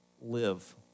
live